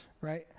Right